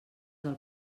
del